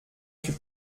fut